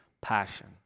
passion